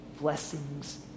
blessings